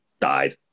died